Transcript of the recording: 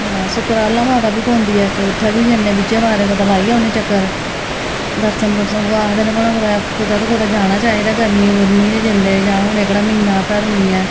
सुकराला माता बी पौंदी ऐ इक उ'त्थें बी जन्ने बिचें बारें कदें कुदै लाई औने चक्कर दर्शन दूर्शन ओह् आखदे न मड़ो कुदै ना कुदै जाना चाहिदा गर्मियें गुर्मियें च जंदे जा भी ते एह्कड़ा म्हीना धर्मी ऐ